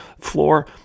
floor